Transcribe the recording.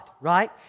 right